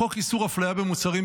חוק איסור הפליה במוצרים,